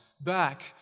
back